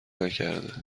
نکرده